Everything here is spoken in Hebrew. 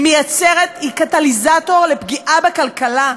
הוא קטליזטור לפגיעה בכלכלה,